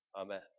amen